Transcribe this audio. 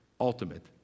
Ultimate